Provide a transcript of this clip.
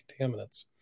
contaminants